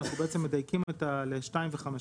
אנחנו בעצם מדייקים ל-2 ו-5,